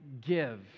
give